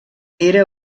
era